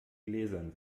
gläsern